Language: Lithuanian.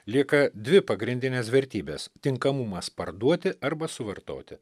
lieka dvi pagrindinės vertybės tinkamumas parduoti arba suvartoti